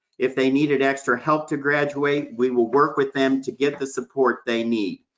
if they needed extra help to graduate, we will work with them to get the support they need.